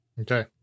Okay